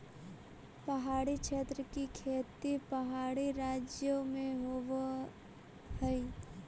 पहाड़ी क्षेत्र की खेती पहाड़ी राज्यों में होवअ हई